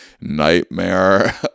nightmare